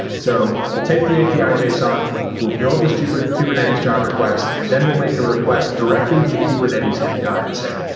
so, we'll take the api ah json, we'll build this kubernetes kubernetes job request and then we'll make a request directly to the kubernetes api and say,